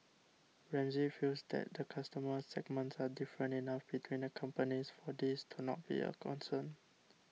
Ramsay feels that customer segments are different enough between the companies for this to not be a concern